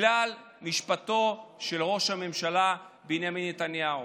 בגלל משפטו של ראש הממשלה בנימין נתניהו.